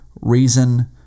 reason